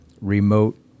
remote